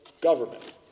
government